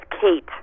Kate